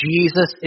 Jesus